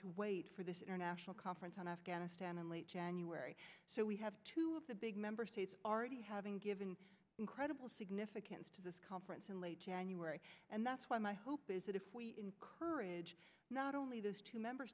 to wait for this international conference on afghanistan in late january so we have two of the big member states already having given incredible significance to this conference in late january and that's why my hope is that if we encourage not only those two member